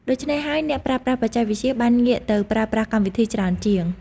ដូច្នេះហើយអ្នកប្រើប្រាស់បច្ចេកវិទ្យាបានងាកទៅប្រើប្រាស់កម្មវិធីច្រើនជាង។